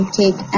take